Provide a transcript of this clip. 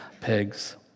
pigs